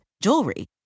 jewelry